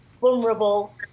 vulnerable